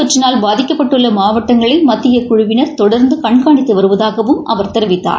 தொற்றினால் பாதிக்கப்பட்டுள்ள மாவட்டங்களை மத்திய குழுவினர் நோய் தொடர்ந்து கண்காணித்து வருவதாகவும் அவர் தெரிவித்தார்